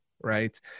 right